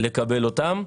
לקבל אותם.